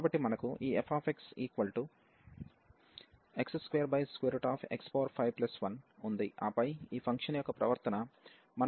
కాబట్టి మనకు ఈ fxx2x51 ఉంది ఆపై ఈ ఫంక్షన్ యొక్క ప్రవర్తన మనం ఇక్కడ పరీక్షిస్తాము